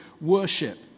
worship